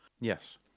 Yes